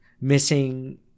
missing